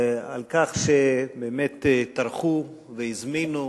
על כך שבאמת טרחו והזמינו,